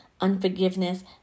unforgiveness